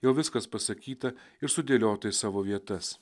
jau viskas pasakyta ir sudėliota į savo vietas